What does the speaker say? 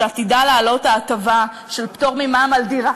שעתידה לעלות ההטבה של פטור ממע"מ על דירה,